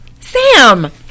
Sam